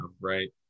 Right